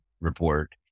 report